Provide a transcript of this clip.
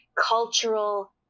cultural